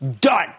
done